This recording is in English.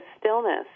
stillness